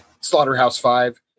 Slaughterhouse-Five